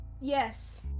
Yes